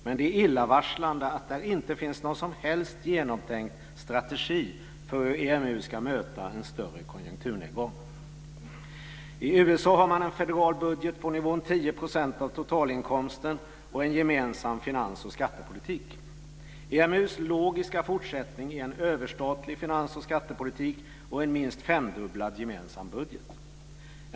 Men det är illavarslande att det inte finns någon som helst genomtänkt strategi för hur EMU ska möta en större konjunkturnedgång. I USA har man en federal budget på nivån 10 % av totalinkomsten och en gemensam finans och skattepolitik. EMU:s logiska fortsättning är en överstatlig finans och skattepolitik och en minst femdubblad gemensam budget.